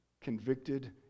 convicted